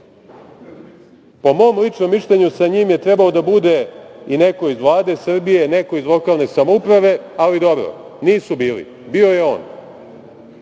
Po mom ličnom mišljenju, sa njim je trebao da bude i neko iz Vlade Srbije, neko iz lokalne samouprave, ali dobro, nisu bili, bio je on.